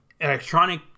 electronic